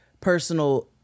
personal